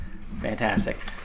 Fantastic